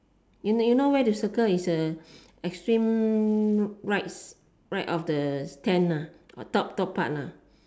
you you know where to circle is a extreme right right of the tent top top part lah